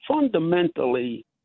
fundamentally